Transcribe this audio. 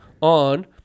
on